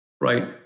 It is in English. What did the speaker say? Right